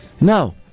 No